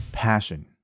passion